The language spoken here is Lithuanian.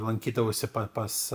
lankydavausi pas